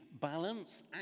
balance